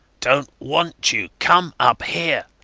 dont want you. come up here.